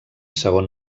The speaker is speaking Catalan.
segon